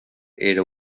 era